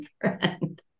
friend